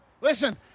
Listen